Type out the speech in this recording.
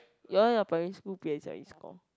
your your primary school p_s_l_e score